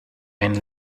einen